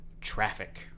Traffic